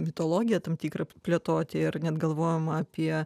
mitologiją tam tikrą plėtoti ir net galvojama apie